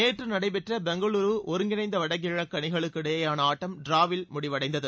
நேற்றுநடைபெற்றபெங்களுரு ஒருங்கிணைந்தவடகிழக்குஅணிகளுக்கு இடையேயானஆட்டம் டிராவில் முடிவடைந்தது